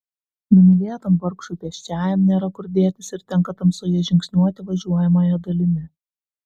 numylėtam vargšui pėsčiajam nėra kur dėtis ir tenka tamsoje žingsniuoti važiuojamąja dalimi